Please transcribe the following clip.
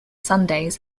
sundays